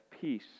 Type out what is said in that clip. peace